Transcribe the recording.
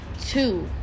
two